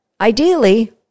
ideally